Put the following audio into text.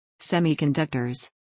Semiconductors